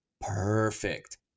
perfect